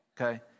Okay